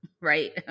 Right